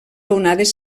onades